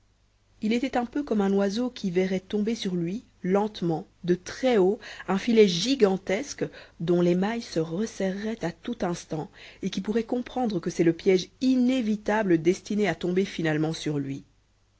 il était un peu comme un oiseau qui verrait tomber sur lui lentement de très haut un filet gigantesque dont les mailles se resserreraient à tout instant et qui pourrait comprendre que c'est le piège inévitable destiné à tomber finalement sur lui